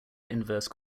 inverse